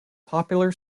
popular